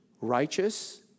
righteous